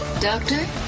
Doctor